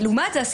לעומת זאת,